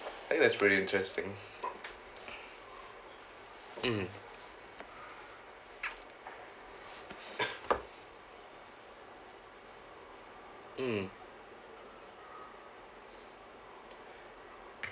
I think that's pretty interesting mm mm